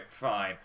fine